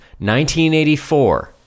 1984